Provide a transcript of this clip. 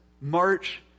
march